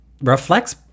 reflects